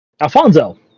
Alfonso